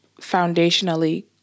foundationally